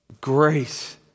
Grace